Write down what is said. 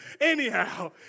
Anyhow